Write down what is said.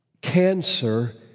Cancer